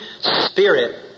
spirit